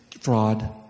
fraud